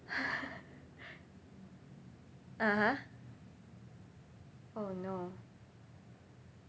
(uh huh) oh no